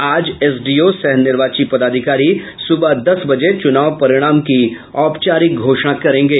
आज एसडीओ सह निर्वाची पदाधिकारी सुबह दस बजे चुनाव परिणाम की औपचारिक घोषणा करेंगे